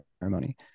ceremony